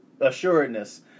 assuredness